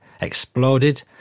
exploded